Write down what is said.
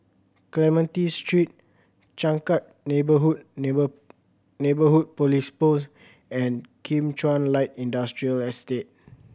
Clementi Street Changkat Neighbourhood Neighbourhood Police Post and Kim Chuan Light Industrial Estate